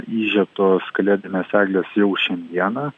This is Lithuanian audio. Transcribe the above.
įžiebtos kalėdinės eglės jau šiandieną